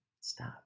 stop